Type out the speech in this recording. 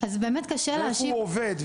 ואיפה הוא עובד,